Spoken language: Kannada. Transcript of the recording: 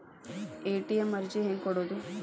ಎ.ಟಿ.ಎಂ ಅರ್ಜಿ ಹೆಂಗೆ ಕೊಡುವುದು?